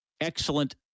excellent